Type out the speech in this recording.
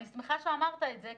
אני שמחה שאמרת את זה,